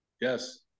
Yes